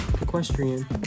Equestrian